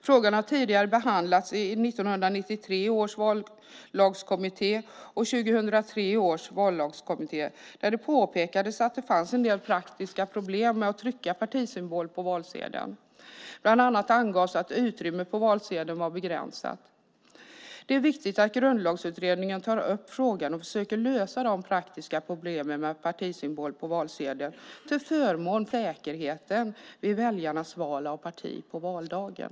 Frågan har tidigare behandlats i 1993 års vallagskommitté och 2003 års vallagskommitté, där det påpekades att det fanns en del praktiska problem med att trycka partisymbol på valsedeln. Bland annat angavs att utrymmet på valsedeln var begränsat. Det är viktigt att Grundlagsutredningen tar upp frågan och försöker lösa de praktiska problemen med partisymbol på valsedeln till förmån för säkerheten vid väljarnas val av parti på valdagen.